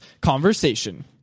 Conversation